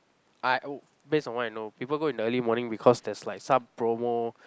I oh based on what I know people go in the early morning because there's like some promo